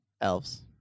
Elves